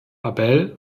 abel